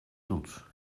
toets